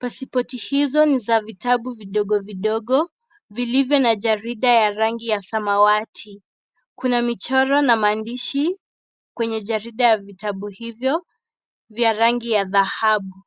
pasipoti hizo ni za vitabu vidogo vidogo vilivyo na jarida ya rangi ya samawati, kuna michoro na maandishi kwenye jarida ya vitabu hivyo vya rangi ya dhahabu.